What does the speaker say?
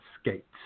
skates